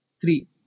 three